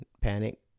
panic